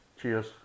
Cheers